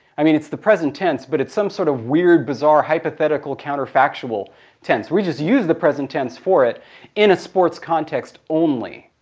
i mean it's the present tense, but it's some sort of weird, bizarre, hypothetical, counter-factual tense. we just use the present tense for it in a sports context only.